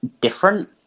different